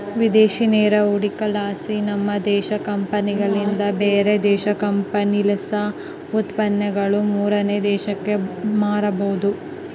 ವಿದೇಶಿ ನೇರ ಹೂಡಿಕೆಲಾಸಿ, ನಮ್ಮ ದೇಶದ ಕಂಪನಿಲಿಂದ ಬ್ಯಾರೆ ದೇಶದ ಕಂಪನಿಲಾಸಿ ಉತ್ಪನ್ನಗುಳನ್ನ ಮೂರನೇ ದೇಶಕ್ಕ ಮಾರಬೊದು